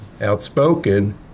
outspoken